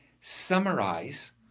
summarize